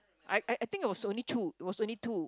I I I think it was only two it was only two